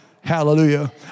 Hallelujah